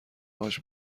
هاش